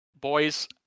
boys